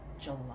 July